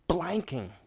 Blanking